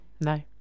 No